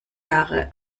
jahre